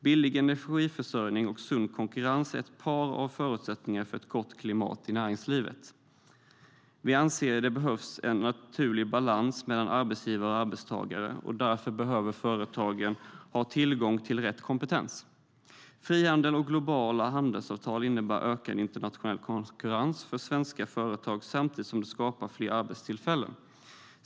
Billig energiförsörjning och sund konkurrens är ett par av förutsättningarna för ett gott klimat i näringslivet. Vi anser att det behövs en naturlig balans mellan arbetsgivare och arbetstagare. Därför behöver företagen ha tillgång till rätt kompetens. Frihandel och globala handelsavtal innebär ökad internationell konkurrens för svenska företag samtidigt som det skapar fler arbetstillfällen.